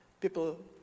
people